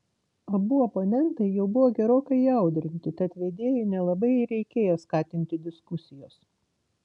abu oponentai jau buvo gerokai įaudrinti tad vedėjui nelabai ir reikėjo skatinti diskusijos